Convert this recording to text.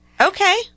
okay